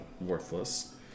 worthless